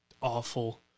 awful